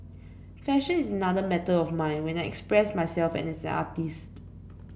fashion is another method of mine when I express myself as an artist